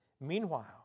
Meanwhile